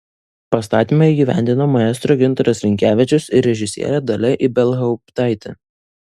pastatymą įgyvendino maestro gintaras rinkevičius ir režisierė dalia ibelhauptaitė